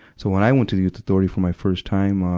so when i went to the youth authority for my first time, ah,